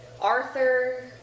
Arthur